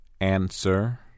Answer